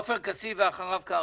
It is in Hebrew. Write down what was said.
עופר כסיף ואחריו, קרעי.